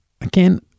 again